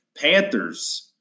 Panthers